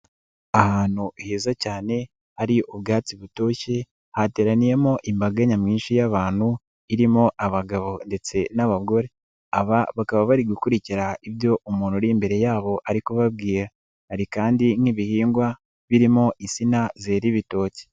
Ahantu heza cyane hari ubwatsi butoshye, hateraniyemo imbaga nyamwinshi y'abantu irimo abagabo ndetse n'abagore, aba bakaba bari gukurikira ibyo umuntu uri imbere yabo ari kubabwira, hari kandi nk'ibihingwa birimo insina zera ibitoki.